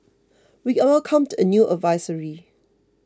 we welcomed the new advisory